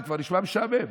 זה כבר נשמע משעמם.